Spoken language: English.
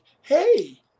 Hey